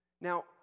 Now